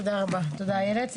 תודה רבה איילת.